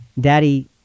daddy